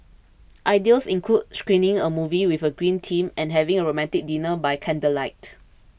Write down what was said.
ideas include screening a movie with a green theme and having a romantic dinner by candlelight